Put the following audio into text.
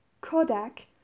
Kodak